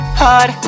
hard